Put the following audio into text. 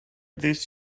this